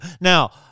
Now